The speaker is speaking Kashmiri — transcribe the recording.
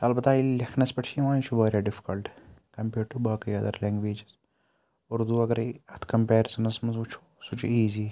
تہٕ البتہ ییٚلہِ لیکھنَس پٮ۪ٹھ چھِ یِوان یہِ چھُ واریاہ ڈِفکَلٹ کَمیٲرٕڈ ٹُوٚ باقٕے اَدَر لینٛگویجِز اُردوٗ اگرَے اَتھ کَمپیرِزَنَس منٛز وٕچھو سُہ چھُ ایٖزی